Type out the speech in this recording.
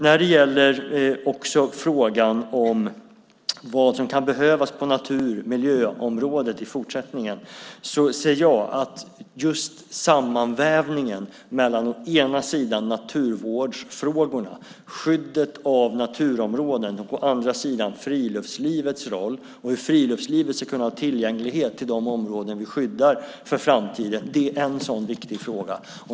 Jag fick frågan om vad som kan behövas på natur och miljöområdet i fortsättningen. Där ser jag att just sammanvävningen mellan å ena sidan naturvårdsfrågorna, skyddet av naturområden, å andra sidan friluftslivets roll och hur friluftslivet ska kunna ha tillgänglighet till de områden vi skyddar för framtiden är en sådan viktig fråga.